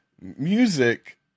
Music